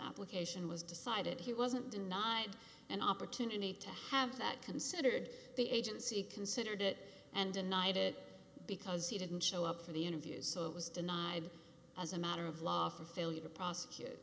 monopolization was decided he wasn't denied an opportunity to have that considered the agency considered it and denied it because he didn't show up for the interview so it was denied as a matter of law for failure to prosecute